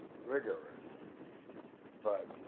rigorous but